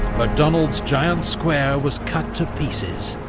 macdonald's giant square was cut to pieces,